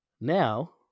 Now